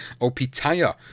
Opitaya